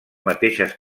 mateixes